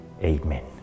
Amen